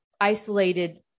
isolated